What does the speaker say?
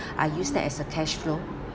I use that as a cash flow